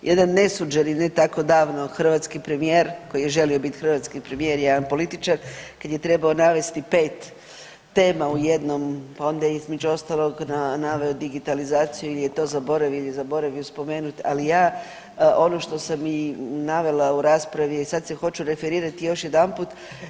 Jedan nesuđeni ne tako davno hrvatski premijer koji je želio bit hrvatski premijer, jedan političar, kad je trebao navesti 5 tema u jednom, pa je onda između ostalog naveo digitalizaciju ili je to zaboravio ili zaboravio spomenut, ali ja ono što sam i navela u raspravi je sad se hoću referirat još jedanput.